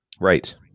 Right